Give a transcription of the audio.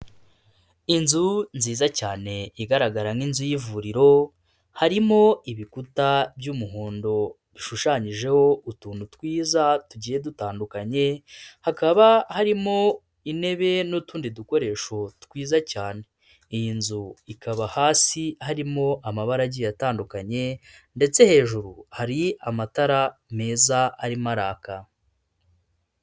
Inzu nziza cyane igaragara nk'inzu y'ivuriro, harimo ibikuta by'umuhondo bishushanyijeho utuntu twiza tugiye dutandukanye, hakaba harimo intebe n'utundi dukoresho twiza cyane. Iyi nzu ikaba hasi harimo amabara agiye atandukanye ndetse hejuru hari amatara meza arimo araka.